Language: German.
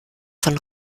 von